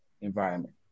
environment